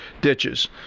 ditches